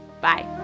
bye